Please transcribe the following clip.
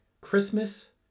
Christmas